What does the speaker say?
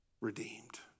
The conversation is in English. redeemed